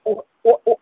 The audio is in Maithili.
ओ ओ ओ